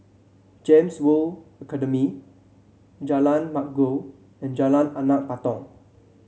Gems World Academy Jalan Bangau and Jalan Anak Patong